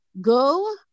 go